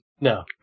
No